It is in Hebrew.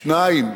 השני,